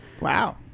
wow